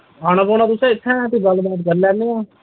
औने पौना तुसें इत्थें फ्ही गल्ल बात करी लैनेआं